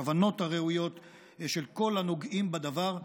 הכוונות הראויות של כל הנוגעים בדבר,